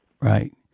Right